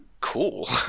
cool